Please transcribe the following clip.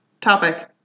topic